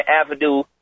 avenue